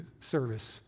service